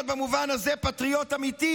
במובן הזה אני גאה להיות פטריוט אמיתי.